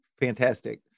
fantastic